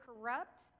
corrupt